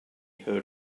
heard